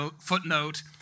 Footnote